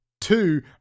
two